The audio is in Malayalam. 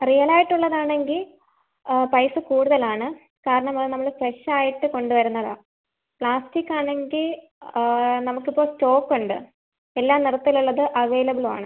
റിയൽ ആയിട്ടുള്ളത് ആണെങ്കിൽ പൈസ കൂടുതൽ ആണ് കാരണം അത് നമ്മൾ ഫ്രഷ് ആയിട്ട് കൊണ്ട് വരുന്നതാണ് പ്ലാസ്റ്റിക്കാണെങ്കിൽ നമ്മൾക്ക് ഇപ്പോൾ സ്റ്റോക്ക് ഉണ്ട് എല്ലാ നിറത്തിൽ ഉള്ളത് അവൈലബിൾ ആണ്